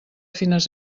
fines